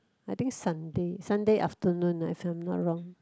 I think Sunday Sunday afternoon uh if I'm not wrong